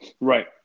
Right